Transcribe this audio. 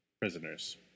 prisoners